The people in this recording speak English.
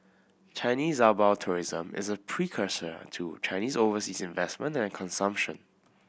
Chinese outbound tourism is a precursor to Chinese overseas investment and consumption